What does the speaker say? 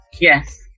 Yes